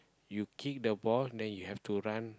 you kick the ball then you have to run